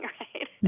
right